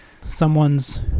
someone's